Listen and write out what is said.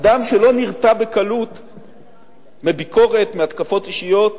אדם שלא נרתע בקלות מביקורת, מהתקפות אישיות.